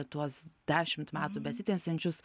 tuos dešimt metų besitęsiančius